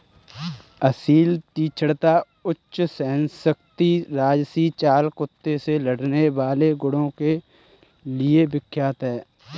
असील तीक्ष्णता, उच्च सहनशक्ति राजसी चाल कुत्ते से लड़ने वाले गुणों के लिए विख्यात है